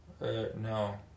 no